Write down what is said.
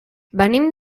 venim